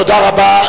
תודה רבה.